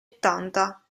ottanta